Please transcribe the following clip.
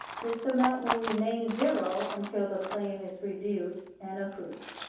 this amount will remain zero until the claim is reviewed and approved.